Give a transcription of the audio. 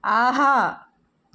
ஆஹா